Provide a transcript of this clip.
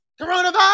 Coronavirus